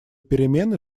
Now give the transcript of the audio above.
перемены